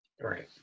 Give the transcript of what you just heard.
Right